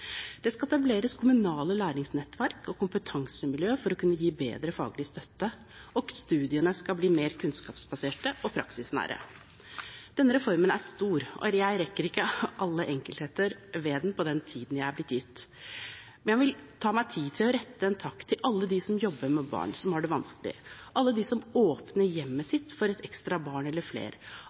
Det skal etableres kommunale læringsnettverk og kompetansemiljøer for å kunne gi bedre faglig støtte, og studiene skal bli mer kunnskapsbaserte og praksisnære. Denne reformen er stor, og jeg rekker ikke alle enkeltheter ved den på den tiden jeg er blitt gitt. Men jeg vil ta meg tid til å rette en takk til alle dem som jobber med barn som har det vanskelig, alle dem som åpner hjemmet sitt for et ekstra barn eller flere,